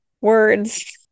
words